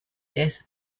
death